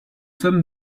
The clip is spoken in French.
sommes